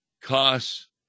costs